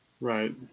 right